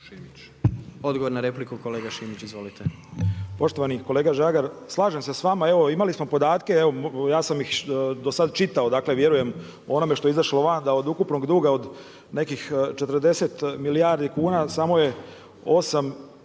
Odgovor na repliku kolega Šimić, izvolite. **Šimić, Miroslav (MOST)** Poštovani kolega Žagar, slažem se s vama, evo imali smo podatke, evo ja sam ih do sada čitao, dakle vjerujem onome što je izašlo van da od ukupnog duga, od nekih 40 milijardi kuna samo je 8,5